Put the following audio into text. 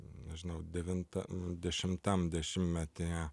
nežinau devinta dešimtam dešimtmetyje